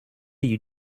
you